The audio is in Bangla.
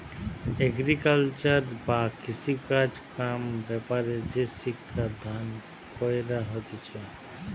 এগ্রিকালচার বা কৃষিকাজ কাম ব্যাপারে যে শিক্ষা দান কইরা হতিছে